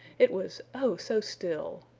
it was oh so still!